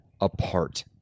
apart